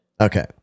okay